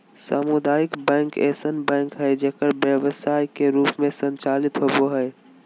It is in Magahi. सामुदायिक बैंक ऐसन बैंक हइ जे व्यवसाय के रूप में संचालित होबो हइ